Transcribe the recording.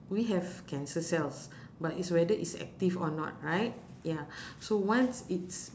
we have cancer cells but it's whether it's active or not right ya so once it's